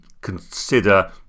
consider